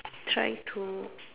try to